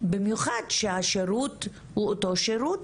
במיוחד שהשירות הוא אותו שירות.